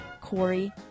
Corey